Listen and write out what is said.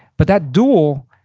but that duel,